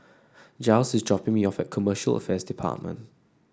Jiles is dropping me off at Commercial Affairs Department